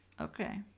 Okay